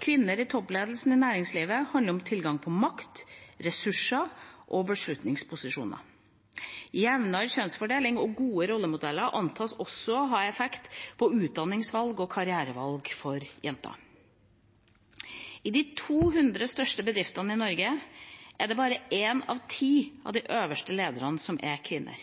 Kvinner i toppledelsen i næringslivet handler om tilgang til makt, ressurser og beslutningsposisjoner. Jevnere kjønnsfordeling og gode rollemodeller antas også å ha effekt på utdanningsvalg og karrierevalg for jenter. I de 200 største bedriftene i Norge er det bare en av ti av de øverste lederne som er kvinner.